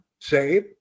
save